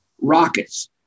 rockets